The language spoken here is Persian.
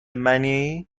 منی